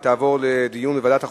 והיא תעבור לדיון בוועדת החוקה,